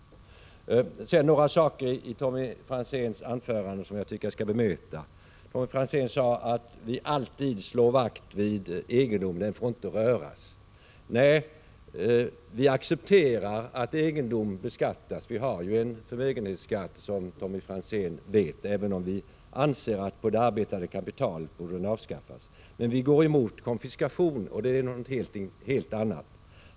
En del av vad Tommy Franzén sade i sitt anförande vill jag dock bemöta. Tommy Franzén sade att vi alltid slår vakt om egendom — den får inte röras. Vi accepterar att egendom beskattas. Vi har en förmögenhetsskatt, vilket Tommy Franzén mycket väl vet, även om vi anser att den borde avskaffas på arbetande kapital. Men vi går emot konfiskation, och det är någonting helt annat.